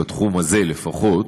בתחום הזה לפחות,